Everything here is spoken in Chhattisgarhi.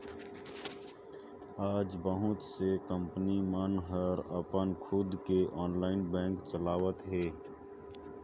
आज बहुत से कंपनी मन ह अपन खुद के ऑनलाईन बेंक चलावत हे